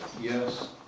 Yes